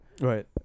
Right